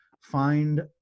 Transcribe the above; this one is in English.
find